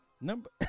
Number